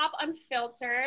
Unfiltered